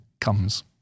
comes